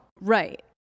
right